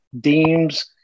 deems